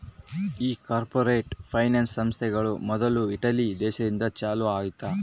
ಈ corporate finance ಸಂಸ್ಥೆಗಳು ಮೊದ್ಲು ಇಟಲಿ ದೇಶದಿಂದ ಚಾಲೂ ಆಯ್ತ್